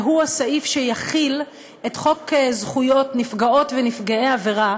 והוא הסעיף שיחיל את חוק זכויות נפגעות ונפגעי עבירה